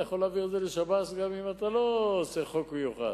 אתה יכול להעביר את זה לשב"ס גם אם אתה לא עושה חוק מיוחד,